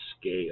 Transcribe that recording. scale